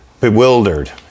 bewildered